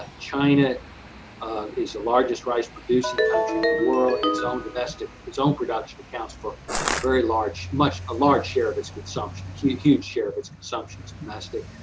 china is the largest rice-producing country in the world, its own domestic its own production accounts for a very large, much a large share of its consumption, a huge share of its consumption is domestic.